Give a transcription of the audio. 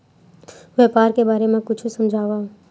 व्यापार के बारे म कुछु समझाव?